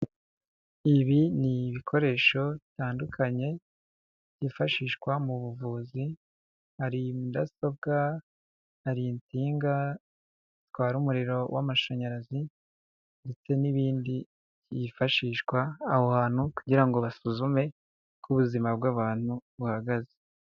Ibi ni ibikoresho bitandukanye byifashishwa mu buvuzi hari mudasobwa ari insinga zitwara umuriro w'amashanyarazi ndetse n'ibindi byifashishwa aho hantu kugira ngo basuzume uko ubuzima bw'abantu buhagaze.